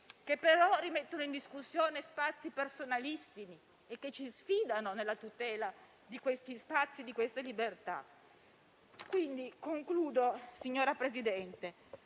che però rimettono in discussione spazi personalissimi e che ci sfidano nella tutela di questi spazi e di queste libertà. Abbiamo bisogno di